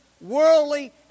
worldly